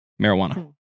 Marijuana